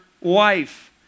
wife